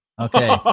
Okay